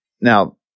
Now